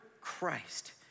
Christ